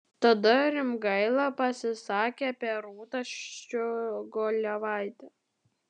tadas rimgaila pasisakė apie rūtą ščiogolevaitę